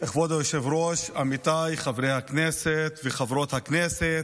כבוד היושב-ראש, עמיתיי חברי הכנסת וחברות הכנסת,